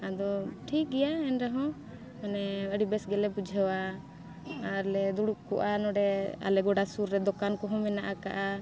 ᱟᱫᱚ ᱴᱷᱤᱠ ᱜᱮᱭᱟ ᱮᱱ ᱨᱮᱦᱚᱸ ᱢᱟᱱᱮ ᱟᱹᱰᱤ ᱵᱮᱥ ᱜᱮᱞᱮ ᱵᱩᱡᱷᱟᱹᱣᱟ ᱟᱨ ᱞᱮ ᱫᱩᱲᱩᱵ ᱠᱚᱜᱼᱟ ᱱᱚᱰᱮ ᱟᱞᱮ ᱜᱚᱰᱟ ᱥᱩᱨ ᱨᱮ ᱫᱚᱠᱟᱱ ᱠᱚᱦᱚᱸ ᱢᱮᱱᱟᱜ ᱠᱟᱜᱼᱟ